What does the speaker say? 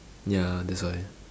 ya that's why